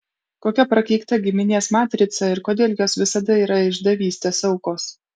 kokia prakeikta giminės matrica ir kodėl jos visada yra išdavystės aukos